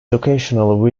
occasionally